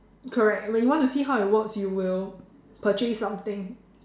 correct and when you want to see how it works you will purchase something